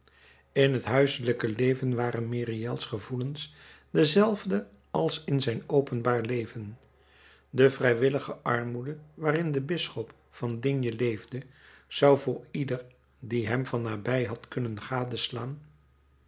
in het huiselijk leven waren myriels gevoelens dezelfde als in zijn openbaar leven de vrijwillige armoede waarin de bisschop van digne leefde zou voor ieder die hem van nabij had kunnen gadeslaan